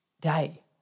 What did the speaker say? day